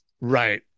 Right